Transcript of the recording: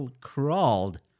crawled